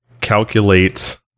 calculate